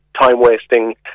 time-wasting